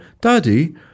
Daddy